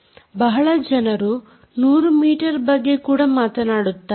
ಬಹಳ ಜನರು 100 ಮೀಟರ್ ಬಗ್ಗೆ ಕೂಡ ಮಾತನಾಡುತ್ತಾರೆ